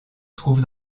trouve